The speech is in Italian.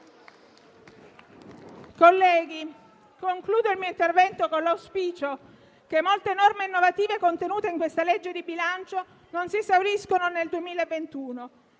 colleghi, concludo il mio intervento con l'auspicio che molte norme innovative contenute in questa manovra di bilancio non si esauriscano nel 2021.